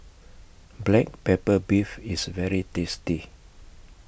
Black Pepper Beef IS very tasty